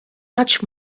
much